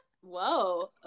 Whoa